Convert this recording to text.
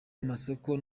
amasoko